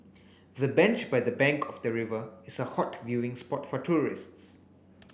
the bench by the bank of the river is a hot viewing spot for tourists